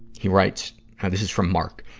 he writes this is from mark.